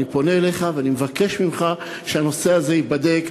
אני פונה אליך ואני מבקש ממך שהנושא הזה ייבדק.